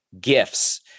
gifts